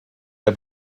der